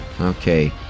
okay